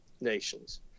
nations